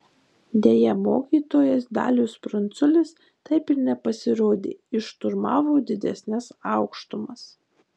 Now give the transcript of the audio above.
deja mokytojas dalius pranculis taip ir nepasirodė jis šturmavo didesnes aukštumas